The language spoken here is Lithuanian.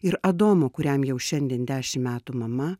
ir adomo kuriam jau šiandien dešimt metų mama